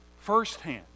firsthand